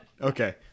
Okay